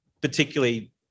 particularly